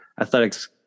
athletics